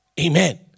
Amen